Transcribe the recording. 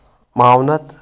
معاونت